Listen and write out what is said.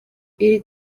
iri